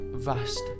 Vast